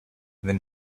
then